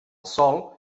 sòl